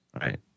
Right